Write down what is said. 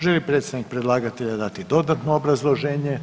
Želi li predstavnik predlagatelja dati dodatno obrazloženje?